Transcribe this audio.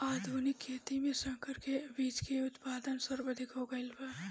आधुनिक खेती में संकर बीज के उत्पादन सर्वाधिक हो गईल बा